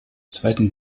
zweiten